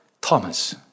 Thomas